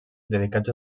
dedicats